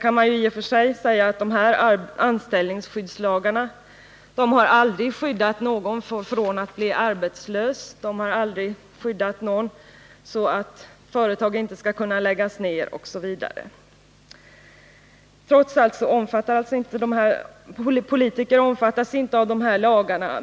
Man kan i och för sig säga att dessa anställningsskyddslagar aldrig har skyddat någon från att bli arbetslös, de har aldrig skyddat någon så att företag inte ned osv. Politiker omfatta s alltså inte av dessa lagar.